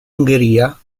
ungheria